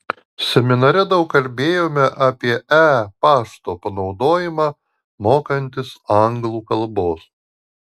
seminare daug kalbėjome apie e pašto panaudojimą mokantis anglų kalbos